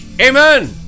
Amen